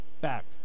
Fact